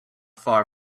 far